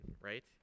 right